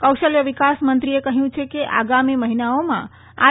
કૌશલ્ય વિકાસ મંત્રીએ કહ્યું છે કે આગામી મહિનાઓમાં આઇ